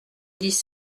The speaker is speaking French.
dix